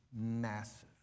massive